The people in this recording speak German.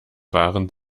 waren